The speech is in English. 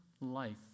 life